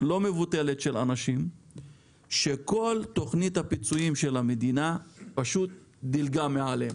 לא מבוטלת של אנשים שכל תוכנית הפיצויים של המדינה פשוט דילגה מעליהם.